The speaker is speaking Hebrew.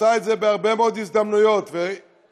עושה את זה בהרבה מאוד הזדמנויות ומגבלת